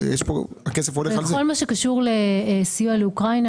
בכל מה שקשור לסיוע לאוקראינה,